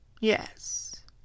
Yes